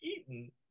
eaten